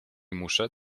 muszę